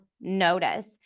notice